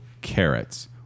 Carrots